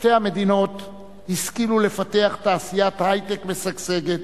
שתי המדינות השכילו לפתח תעשיית היי-טק משגשגת,